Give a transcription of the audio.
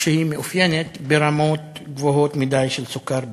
שמתאפיינת ברמות גבוהות מדי של סוכר בדם.